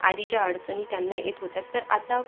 आधी ज्या अडचणी त्यांना येत होत्या तर आता